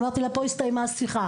אמרתי לה: פה הסתיימה השיחה.